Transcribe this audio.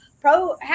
pro